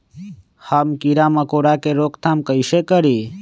हम किरा मकोरा के रोक थाम कईसे करी?